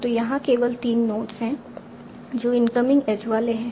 तो यहाँ केवल 3 नोड्स हैं जो इनकमिंग एज वाले हैं